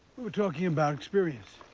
were talking about experience.